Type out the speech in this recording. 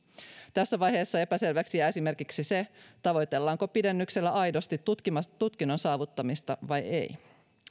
tässä vaiheessa epäselväksi jää esimerkiksi se tavoitellaanko pidennyksellä aidosti tutkinnon tutkinnon saavuttamista vai ei